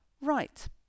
Right